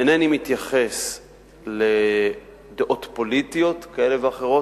אינני מתייחס לדעות פוליטיות כאלה ואחרות.